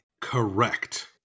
Correct